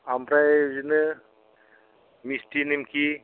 आमफ्राय बिदिनो मिस्थि नेमखि